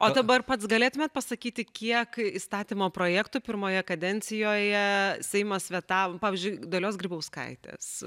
o dabar pats galėtumėte pasakyti kiek įstatymo projektų pirmoje kadencijoje seimas vetavo pavyzdžiui dalios grybauskaitės